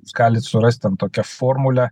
jūs galit surast ten tokią formulę